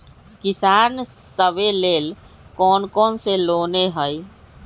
किसान सवे लेल कौन कौन से लोने हई?